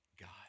God